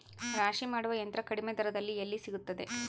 ರಾಶಿ ಮಾಡುವ ಯಂತ್ರ ಕಡಿಮೆ ದರದಲ್ಲಿ ಎಲ್ಲಿ ಸಿಗುತ್ತದೆ?